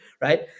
right